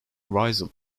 rizal